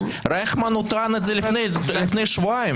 רייכמן טען את זה לפני שבועיים.